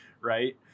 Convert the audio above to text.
right